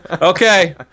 Okay